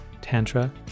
tantra